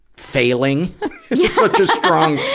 failing. it's such a strong,